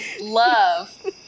love